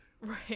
Right